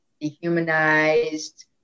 dehumanized